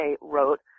wrote